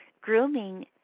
grooming